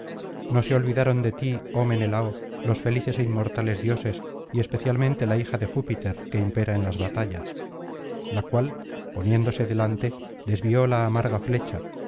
no se olvidaron de ti oh menelao los felices é inmortales dioses y especialmente la hija de júpiter que impera en las batallas la cual poniéndose delante desvió la amarga flecha